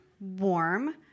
warm